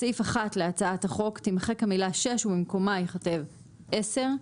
בסעיף 1 להצעת החוק תימחק המילה 'שש' ובמקומה ייכתב 'עשר'.